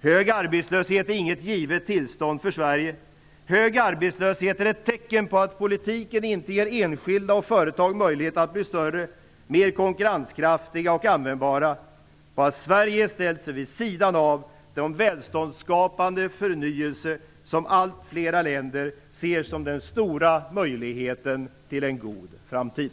Hög arbetslöshet är inget givet tillstånd för Sverige. Hög arbetslöshet är ett tecken på att politiken inte ger enskilda och företag möjlighet att bli större, mer konkurrenskraftiga och användbara, på att Sverige ställt sig vid sidan av den välståndsskapande förnyelse som allt fler länder ser som den stora möjligheten till en god framtid.